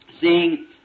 seeing